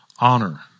honor